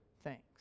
thanks